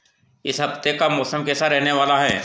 इस हफ़्ते का मौसम कैसा रहने वाला है